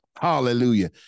Hallelujah